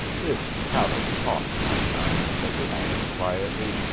this callow talk, my son, said the abbot quietly,